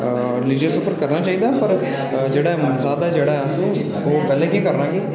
religious पर करना चाहिदा पर जेह्ड़ा जादा जेह्ड़ा ऐ असें उनें पैह्लुएं पर केह् करना कि